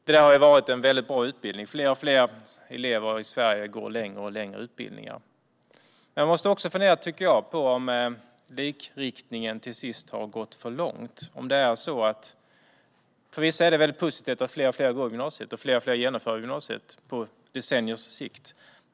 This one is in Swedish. Det har varit en bra utbildning. Fler och fler elever i Sverige går allt längre utbildningar. Man måste dock fundera på om likriktningen till sist har gått för långt. För vissa är det positivt att allt fler går i gymnasiet och att allt fler genomför gymnasiet på decenniers sikt.